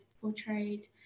portrayed